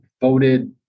voted